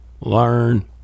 learn